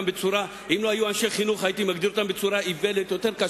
אם הם לא היו אנשי חינוך הייתי מגדיר אותם בצורה יותר קשה,